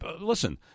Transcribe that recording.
listen